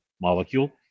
molecule